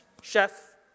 Chef